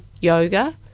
yoga